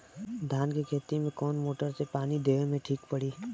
धान के खेती मे कवन मोटर से पानी देवे मे ठीक पड़ी?